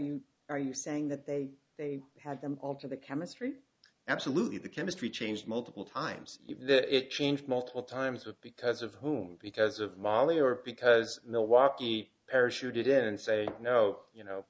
you are you saying that they they had them all to the chemistry absolutely the chemistry changed multiple times even though it changed multiple times of because of whom because of molly or because milwaukee parachuted in and said no you know